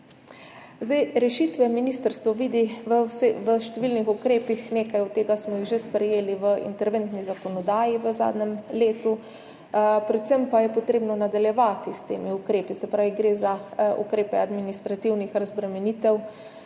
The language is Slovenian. Rešitve ministrstvo vidi v številnih ukrepih, nekaj od tega smo jih že sprejeli v interventni zakonodaji v zadnjem letu. Predvsem pa je potrebno nadaljevati s temi ukrepi, se pravi gre za ukrepe administrativnih razbremenitev,